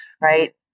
right